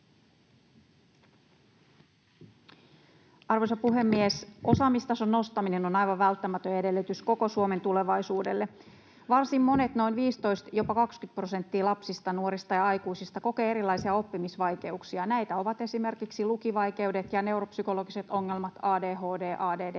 Arvoisa puhemies! Osaamistason nostaminen on aivan välttämätön edellytys koko Suomen tulevaisuudelle. Varsin monet — noin 15, jopa 20 prosenttia lapsista, nuorista ja aikuisista — kokevat erilaisia oppimisvaikeuksia. Näitä ovat esimerkiksi lukivaikeudet ja neuropsykologiset ongelmat, ADHD, ADD